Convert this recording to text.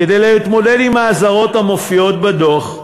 כדי להתמודד עם האזהרות המופיעות בדוח,